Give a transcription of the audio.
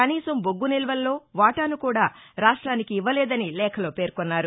కనీసం బొగ్గ నిల్వల్లో వాటాసు కూడా రాష్ట్రానికి ఇవ్వలేదని లేఖలో పేర్కొన్నారు